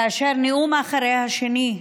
כאשר בנאום, אחד אחרי השני,